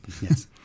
Yes